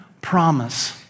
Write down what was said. promise